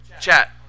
chat